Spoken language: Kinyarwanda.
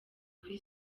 kuri